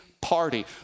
party